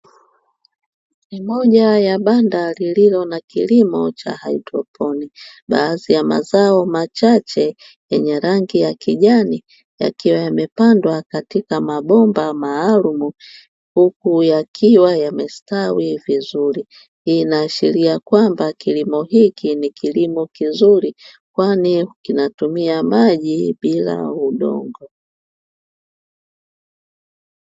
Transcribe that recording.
Ni moja ya banda lililo la kilimo cha haidroponi, baadhi ya mazao machache yenye rangi ya kijani yakiwa yamepandwa katika mabomba maalumu. Huku yakiwa yamestawi vizuri, hii inaashiria kwamba kilimo hiki ni kilimo kizuri kwa kinatumia maji bila udongo.